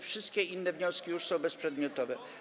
Wszystkie inne wnioski już są bezprzedmiotowe.